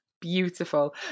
Beautiful